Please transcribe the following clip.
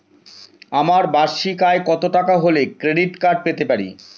আমার বার্ষিক আয় কত টাকা হলে ক্রেডিট কার্ড পেতে পারি?